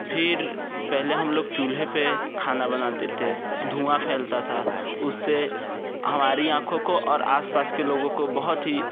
फीर पहले हम लोग चूल्हे पे खाना बनाते थे धुआँ फैलता था उससे हमारी आंखों को और आसपास के लोगों को बहुत ही